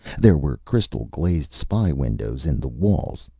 there were crystal-glazed spy-windows in the walls.